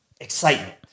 excitement